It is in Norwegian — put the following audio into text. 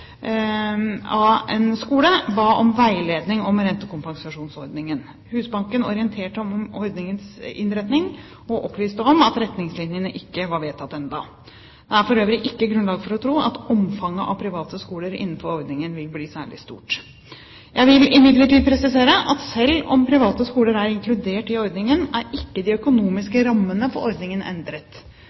en skole ba om veiledning om rentekompensasjonsordningen. Husbanken orienterte om ordningens innretning, og opplyste om at retningslinjene ikke var vedtatt ennå. Det er for øvrig ikke grunnlag for å tro at omfanget av private skoler innenfor ordningen vil bli særlig stort. Jeg vil imidlertid presisere at selv om private skoler er inkludert i ordningen, er ikke de økonomiske rammene for ordningen endret.